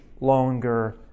longer